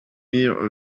near